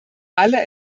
alle